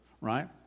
right